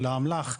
של האמל"ח,